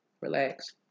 relax